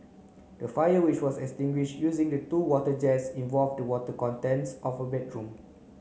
the fire which was extinguish using two water jets involved the contents of a bedroom